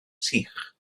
sych